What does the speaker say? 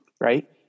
right